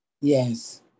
Yes